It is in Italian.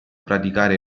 praticare